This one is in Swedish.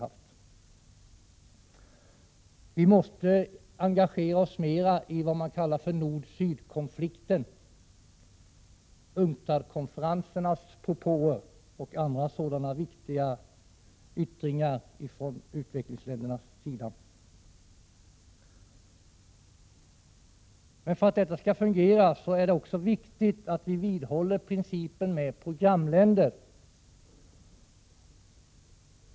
Sverige måste engagera sig mer i den s.k. nord-syd-konflikten, UNCTAD-konferensernas propåer och andra viktiga yttringar från uländerna. För att detta skall fungera är det viktigt för oss att vidhålla principen med programländer.